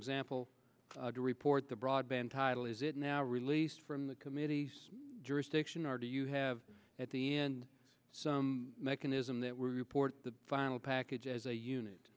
example to report the broadband title is it now released from the committee's jurisdiction or do you have at the end some mechanism that we report the final package as a unit